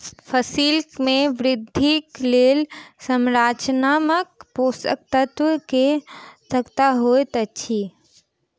फसिल के वृद्धिक लेल संरचनात्मक पोषक तत्व के आवश्यकता होइत अछि